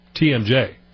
TMJ